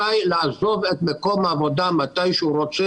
הוא ראשי לעבוד את מקום העבודה כשירצה.